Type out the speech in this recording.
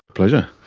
pleasure.